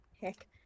Heck